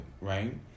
right